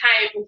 time